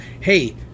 hey